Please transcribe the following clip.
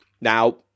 Now